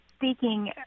Speaking